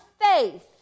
faith